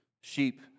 sheep